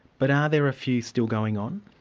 but are there a few still going on?